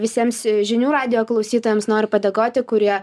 visiems žinių radijo klausytojams noriu padėkoti kurie